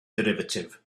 derivative